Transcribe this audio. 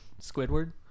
Squidward